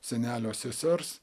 senelio sesers